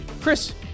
Chris